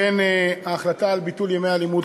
ההחלטה אכן על ביטול ימי הלימוד,